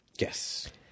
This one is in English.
Yes